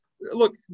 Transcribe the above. Look